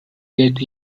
get